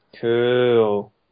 Cool